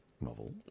novel